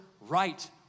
right